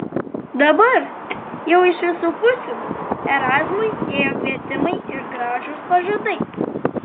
dabar jau iš visų pusių erazmui ėjo kvietimai ir gražūs pažadai